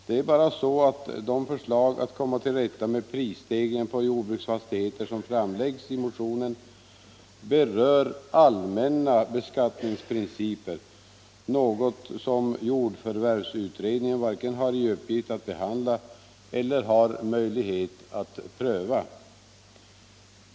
Det är bara så att de förslag att komma till rätta med prisstegringen på jordbruksfastigheter som framläggs i motionen berör allmänna beskattningsprinciper, något som jordförvärvsutredningen varken har i uppgift att behandla eller har möjlighet att pröva.